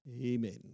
Amen